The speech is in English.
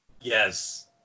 Yes